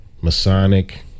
Masonic